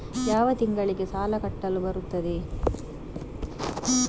ಯಾವ ತಿಂಗಳಿಗೆ ಸಾಲ ಕಟ್ಟಲು ಬರುತ್ತದೆ?